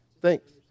Thanks